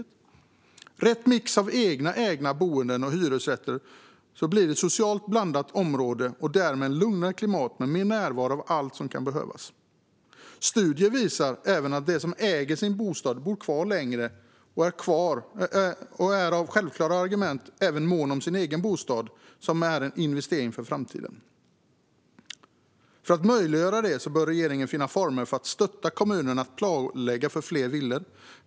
Med rätt mix av egna ägda boenden och hyresrätter blir det socialt blandade områden och därmed ett lugnare klimat med mer närvaro av allt som kan behövas. Studier visar även att de som äger sin bostad bor kvar längre och självklart även är måna om sin egen bostad, som är en investering för framtiden. För att möjliggöra det bör regeringen finna former för att stötta kommunerna att planlägga för fler villor.